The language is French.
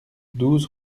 douze